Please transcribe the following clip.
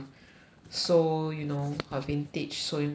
sew you know her vintage sewing machine